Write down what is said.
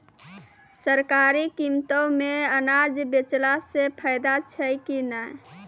सरकारी कीमतों मे अनाज बेचला से फायदा छै कि नैय?